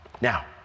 Now